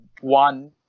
one